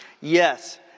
Yes